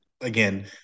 again